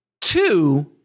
two